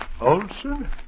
Olson